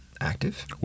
active